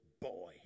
boy